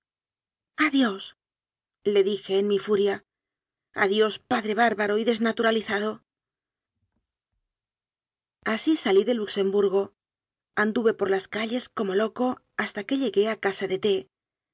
rebelde adiósle dije en mi furia adiós padre bárbaro y desnaturali zado así salí del luxemburgo anduve por las calles como loco hasta que llegué a casa de t